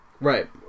Right